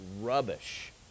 rubbish